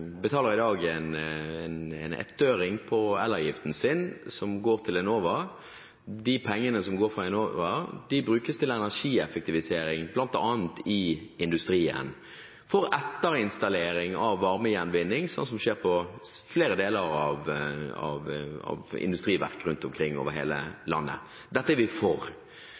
betaler i dag en ettøring av elavgiften sin til Enova. De pengene som går til Enova, brukes til energieffektivisering bl.a. i industrien for etterinstallering av varmegjenvinning, sånn som skjer på flere deler av industriverk rundt omkring over hele landet. Dette er vi for.